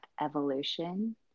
evolution